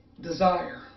desire